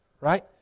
right